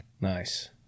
Nice